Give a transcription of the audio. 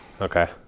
Okay